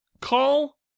Call